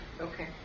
Okay